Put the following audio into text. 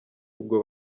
ubwo